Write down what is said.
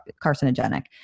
carcinogenic